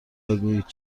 بگویید